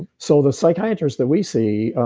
so, the psychiatrist that we see,